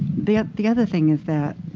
the ah the other thing is that